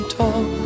talk